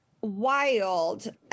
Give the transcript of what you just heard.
wild